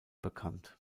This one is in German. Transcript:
bekannt